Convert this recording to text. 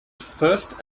first